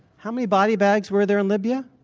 how many body bags were there in libya?